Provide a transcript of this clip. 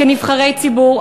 כנבחרי ציבור,